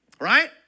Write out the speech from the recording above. right